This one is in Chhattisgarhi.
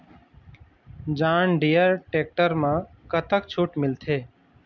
जॉन डिअर टेक्टर म कतक छूट मिलथे?